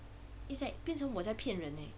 its like 变成我在骗人呃